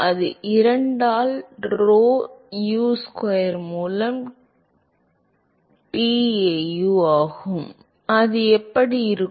இது 2 ஆல் rho Usquare மூலம் tau ஆகும் அது எப்படி இருக்கும்